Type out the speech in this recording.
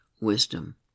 wisdom